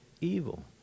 evil